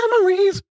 memories